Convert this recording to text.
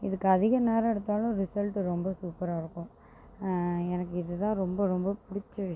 இதுக்கு அதிக நேரம் எடுத்தாலும் ரிசல்ட் ரொம்ப சூப்பராக இருக்கும் எனக்கு இதுதான் ரொம்ப ரொம்ப பிடிச்ச விஷயம்